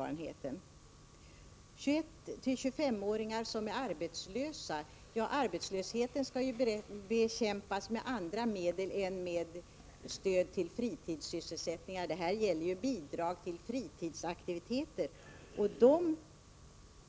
När det sedan gäller 21-25-åringar som är arbetslösa vill jag säga att arbetslösheten skall bekämpas med andra medel än med stöd till fritidssysselsättningar. Det är ju här fråga om bidrag till fritidsaktiviteter, och de